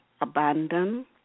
abandon